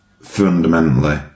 fundamentally